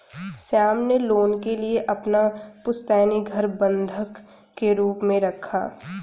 श्याम ने लोन के लिए अपना पुश्तैनी घर बंधक के रूप में रखा